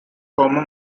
former